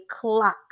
clock